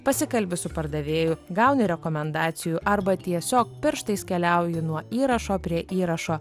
pasikalbi su pardavėju gauni rekomendacijų arba tiesiog pirštais keliauji nuo įrašo prie įrašo